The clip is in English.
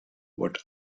what